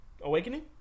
Awakening